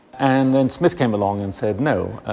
and then smith came along and said no,